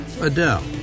Adele